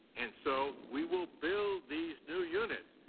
and so, we will build these new units,